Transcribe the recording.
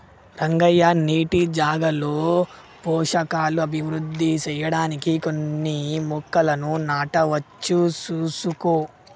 రంగయ్య నీటి జాగాలో పోషకాలు అభివృద్ధి సెయ్యడానికి కొన్ని మొక్కలను నాటవచ్చు సూసుకో